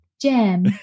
jam